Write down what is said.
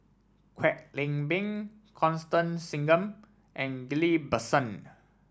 Kwek Leng Beng Constance Singam and Ghillie Basan